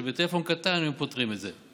בטלפון קטן היינו פותרים את זה.